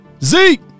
Zeke